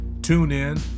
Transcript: TuneIn